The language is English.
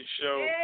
show